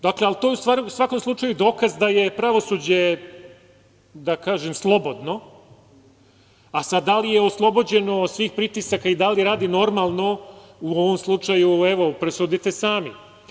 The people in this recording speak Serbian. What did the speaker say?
Dakle, to je u svakom slučaju dokaz da je pravosuđe, da kažem, slobodno a sad da li je oslobođeno svih pritisaka i da li radi normalno, u ovom slučaju, evo, presudite sami.